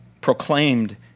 proclaimed